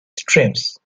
streams